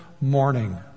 morning